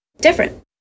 different